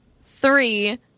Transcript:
three